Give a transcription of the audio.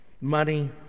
money